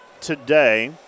today